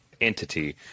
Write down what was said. entity